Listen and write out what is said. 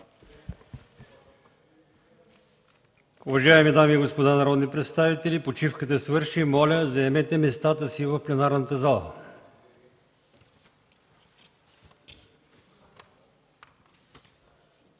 Уважаеми дами и господа народни представители, почивката свърши. Моля, заемете местата си в пленарната зала.